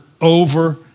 over